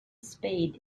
spade